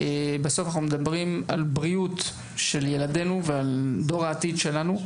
בסוף אנחנו מדברים על הבריאות של ילדינו ועל דור העתיד שלנו.